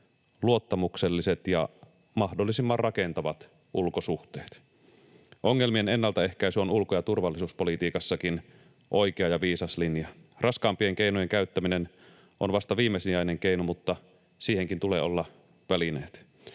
luottamukselliset ja mahdollisimman rakentavat ulkosuhteet. Ongelmien ennaltaehkäisy on ulko- ja turvallisuuspolitiikassakin oikea ja viisas linja. Raskaampien keinojen käyttäminen on vasta viimesijainen keino, mutta siihenkin tulee olla välineet.